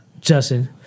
Justin